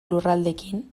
lurraldeekin